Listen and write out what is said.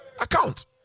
Account